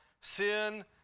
sin